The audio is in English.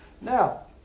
Now